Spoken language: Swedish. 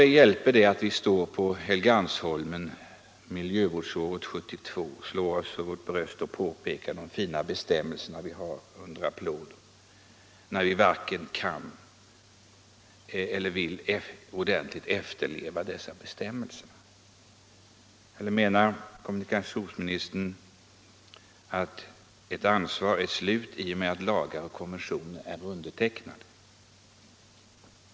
Vad hjälper det att vi står på Helgeandsholmen miljövårdsåret 1972, slår oss för vårt bröst och under applåder påpekar de fina bestämmelser vi har, när vi varken kan eller vill ordentligt efterleva dessa bestämmelser? Menar kommunikationsministern att ett ansvar är slut i och med att lagar och konventioner är undertecknade?